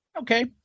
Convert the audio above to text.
Okay